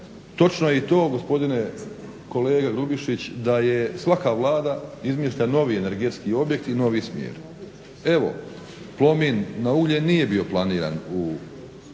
Točno je i to gospodine kolega Grubišić da je svaka Vlada izmišlja novi energetski objekt i novi smjer. Evo, Plomin na ugljen nije bio planiran u,